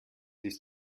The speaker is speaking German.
ist